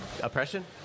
oppression